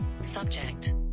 Subject